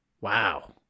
Wow